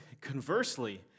conversely